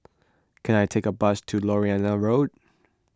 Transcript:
can I take a bus to Lornie Road